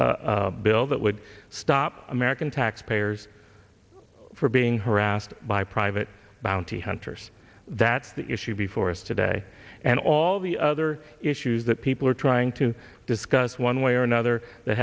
a bill that would stop american tax payers for being harassed by private bounty hunters that's the issue before us today and all the other issues that people are trying to discuss one way or another th